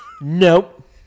Nope